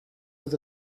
was